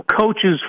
coaches